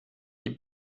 die